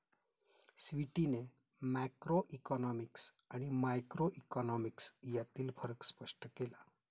स्वीटीने मॅक्रोइकॉनॉमिक्स आणि मायक्रोइकॉनॉमिक्स यांतील फरक स्पष्ट केला